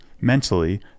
mentally